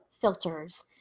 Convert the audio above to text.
filters